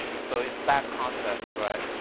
so it's that concept, right?